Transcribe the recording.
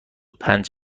پنج